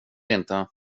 inte